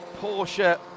Porsche